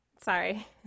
Sorry